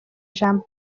ijambo